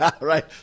right